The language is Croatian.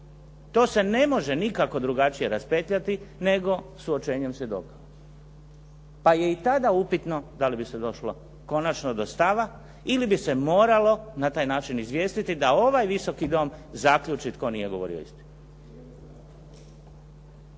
To se ne može nikako drugačije raspetljati nego suočenjem svjedoka, pa je i tada upitno da li bi se došlo konačno do stava ili bi se moralo na taj način izvijestiti da ovaj Visoki dom zaključi tko nije govorio istinu.